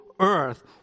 earth